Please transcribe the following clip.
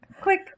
Quick